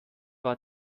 war